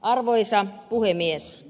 arvoisa puhemies